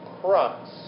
crux